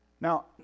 Now